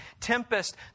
tempest